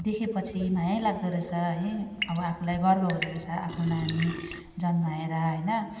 देखेपछि माया लाग्दोरहेछ है अब आफूलाई गर्व हुँदोरहेछ आफ्नो नानी जन्माएर होइन